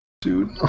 Dude